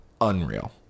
unreal